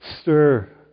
stir